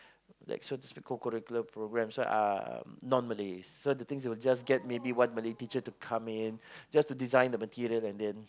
like so to speak of co-curricular programmes are non Malays so the thing is that they will just get maybe only one Malay teacher to come in just to design the material and then